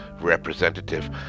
representative